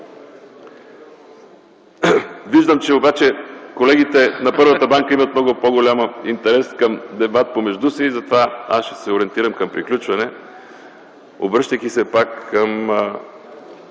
Виждам, че колегите на първата банка имат много по-голям интерес от дебат помежду си и затова ще се ориентирам към приключване. Обръщам се пак към